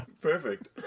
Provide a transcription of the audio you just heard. Perfect